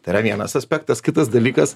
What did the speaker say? tai yra vienas aspektas kitas dalykas